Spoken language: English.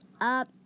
up